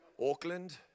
Auckland